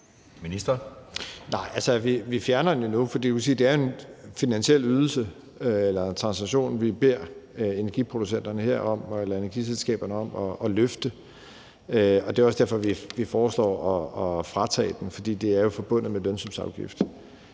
nu, for du kan sige, at det er en finansiel ydelse eller transaktion, vi beder energiselskaberne her om at løfte. Det er også derfor, vi foreslår at fratage dem det. For det er jo forbundet med lønsumsafgift.